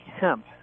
hemp